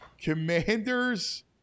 Commanders